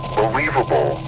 believable